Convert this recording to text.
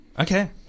Okay